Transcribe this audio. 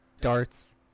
darts